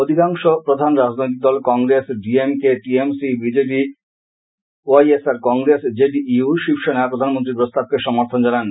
অধিকাংশ প্রধান রাজনৈতিক দল Congress DMK TMC BJD YSR Congress JDU Shiv Sena প্রধানমন্ত্রীর প্রস্তাবকে সমর্থন জানান